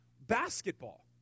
basketball